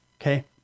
Okay